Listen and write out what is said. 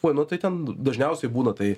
oi nu tai ten dažniausiai būna tai